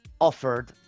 offered